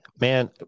man